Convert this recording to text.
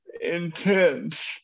intense